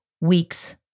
weeks